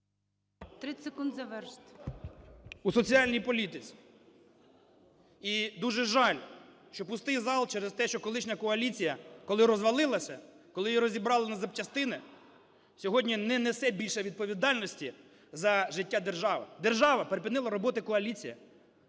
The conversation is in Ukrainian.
30 секунд завершити. КАПЛІН С.М. …у соціальній політиці. І дуже жаль, що пустий зал через те, що колишня коаліція, коли розвалилася, коли її розібрали на запчастини, сьогодні не несе більше відповідальності за життя держави. Держава… Припинила роботу коаліція,